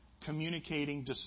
communicating